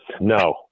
No